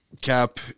Cap